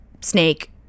snake